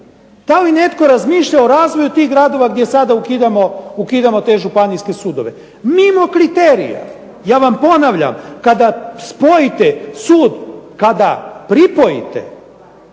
Da li netko razmišlja o razvoju tih gradova gdje sada ukidamo te županijske sudove? Mi imamo kriterije, ja vam ponavljam kada spojite sud, kada pripojite